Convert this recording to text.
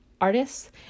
artists